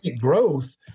growth